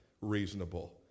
reasonable